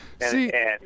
see